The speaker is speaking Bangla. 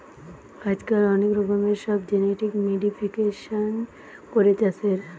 আজকাল অনেক রকমের সব জেনেটিক মোডিফিকেশান করে চাষের